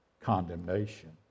condemnation